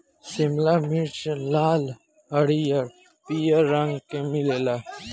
शिमला मिर्च लाल, हरिहर, पियर रंग के मिलेला